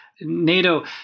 NATO